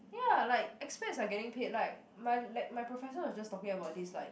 ya like expats are getting paid like my le~ my professor was just talking about this like